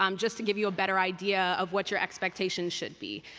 um just to give you a better idea of what your expectations should be.